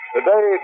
Today